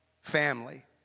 family